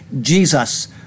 Jesus